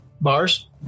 bars